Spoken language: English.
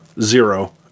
zero